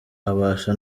abasha